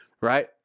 Right